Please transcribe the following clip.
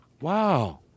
Wow